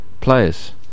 players